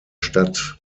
stadt